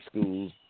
Schools